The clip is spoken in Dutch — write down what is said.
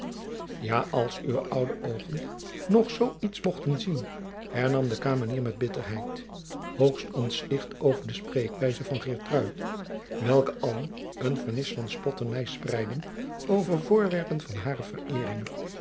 ja als uwe oude oogen nog zoo iets mochten zien hernam de kamenier met bitterheid hoogst ontsticht over de spreekwijze van geertrui welke allen een vernis van spotternij spreidden over voorwerpen van hare vereering